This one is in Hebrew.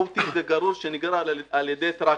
OT זה גרור שנגרר על-ידי טרקטור.